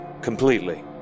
completely